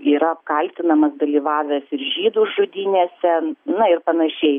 yra apkaltinamas dalyvavęs ir žydų žudynėse na ir panašiai